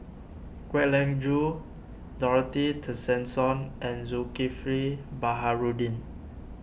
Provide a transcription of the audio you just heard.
Kwek Leng Joo Dorothy Tessensohn and Zulkifli Baharudin